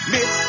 Miss